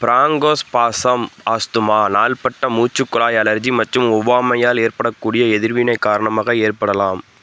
bronchospasm asthma நாள்பட்ட மூச்சுக்குழாய் அழற்சி மற்றும் ஒவ்வாமையால் ஏற்படக்கூடிய எதிர்வினை காரணமாக ஏற்படலாம்